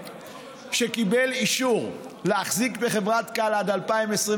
שקיבל אישור להחזיק בחברת Cal עד 2022,